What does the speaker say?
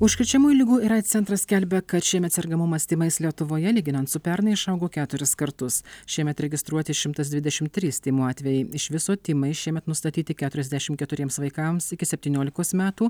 užkrečiamųjų ligų ir aids centras skelbia kad šiemet sergamumas tymais lietuvoje lyginant su pernai išaugo keturis kartus šiemet registruoti šimtas dvidešimt trys tymų atvejai iš viso tymai šiemet nustatyti keturiasdešimt keturiems vaikams iki septyniolikos metų